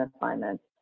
assignments